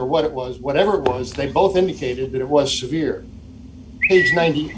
or what it was whatever because they both indicated that it was severe ninety